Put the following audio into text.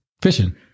Fishing